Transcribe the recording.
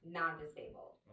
non-disabled